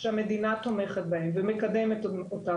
שהמדינה תומכת בהן ומקדמת אותן.